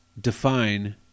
define